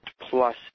plus